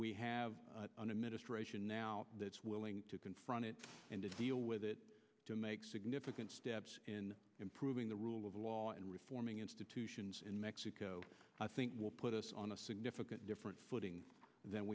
we have an administration now willing to confront it and to deal with it to make significant steps in improving the rule of law and reforming institutions in mexico i think will put us on a significant different footing than